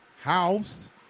house